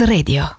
Radio